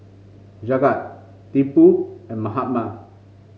Jagat Tipu and Mahatma